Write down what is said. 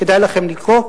כדאי לכם לקרוא,